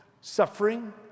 Suffering